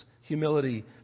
humility